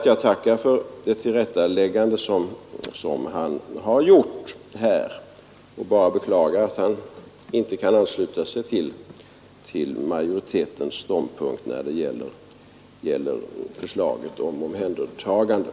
Jag tackar för det tillrättaläggande som herr Takman gjorde. Jag kan bara beklaga att herr Takman inte kan ansluta sig till majoritetens ståndpunkt när det gäller förslaget om omhändertagande.